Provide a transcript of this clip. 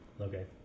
okay